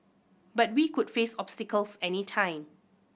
but we could face obstacles any time